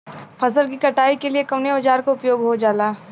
फसल की कटाई के लिए कवने औजार को उपयोग हो खेला?